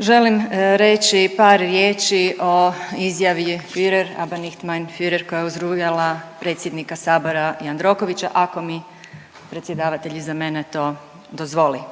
želim reći par riječi o izjavi „Fuhrer, aber nicht mein fuhrer“ koja je uzrujala predsjednika sabora Jandrokovića ako mi predsjedavatelj iza mene to dozvoli.